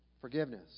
forgiveness